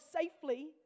safely